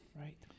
Right